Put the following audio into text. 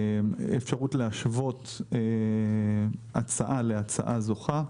אפשרות להשוות הצעה להצעה זוכה.